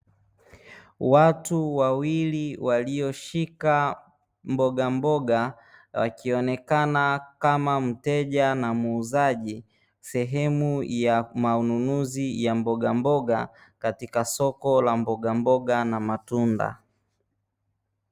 Watu wawili walioshika mbogamboga wakionekana kama mteja na muuzaji, sehemu ya manunuzi ya mbogamboga, katika soko la mbogamboga na matunda.